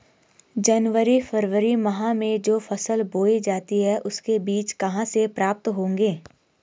जनवरी फरवरी माह में जो फसल बोई जाती है उसके बीज कहाँ से प्राप्त होंगे?